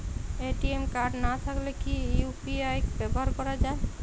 ATM card না থাকলে কি ইউ.পি.আই ব্যবহার করা য়ায়?